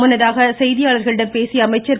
முன்னதாக செய்தியாளர்களிடம் பேசிய அமைச்சர் திரு